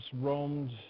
roamed